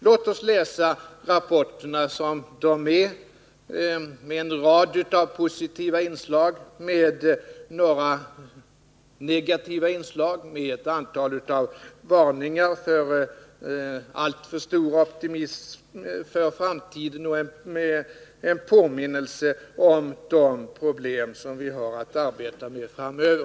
Låt oss läsa rapporterna som de är — med en rad av positiva inslag och med några negativa, med ett antal varningar för alltför stor optimism för framtiden och med en påminnelse om de problem som vi har att arbeta med framöver!